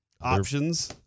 options